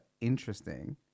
interesting